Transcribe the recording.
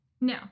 No